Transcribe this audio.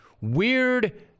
Weird